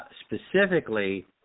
specifically